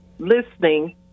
listening